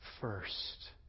first